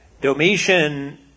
Domitian